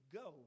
go